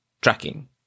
tracking